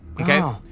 okay